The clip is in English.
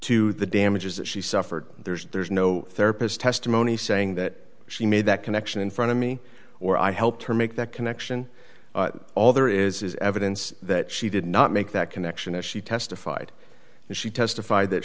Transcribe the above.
to the damages that she suffered there's no therapist testimony saying that she made that connection in front of me or i helped her make that connection all there is is evidence that she did not make that connection as she testified and she testified that